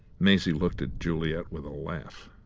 maisie looked at juliet with a laugh.